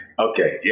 Okay